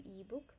ebook